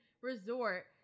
resort